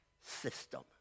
system